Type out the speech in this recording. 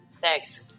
Thanks